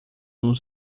nos